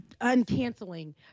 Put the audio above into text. uncanceling